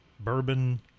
Bourbon